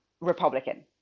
Republican